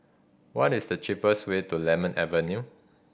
what is the cheapest way to Lemon Avenue